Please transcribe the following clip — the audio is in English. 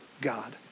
God